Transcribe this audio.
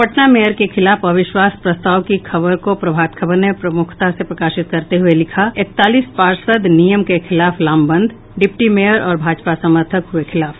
Patna mayor के खिलाफ अविश्वास प्रस्ताव की खबर को प्रभात खबर ने प्रमुखता से प्रकाशित करते हुये लिखा है इकतालीस पार्षद नियम के खिलाफ लामबंद डिप्टी मेयर और भाजपा समर्थक हुये खिलाफ